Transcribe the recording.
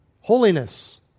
Holiness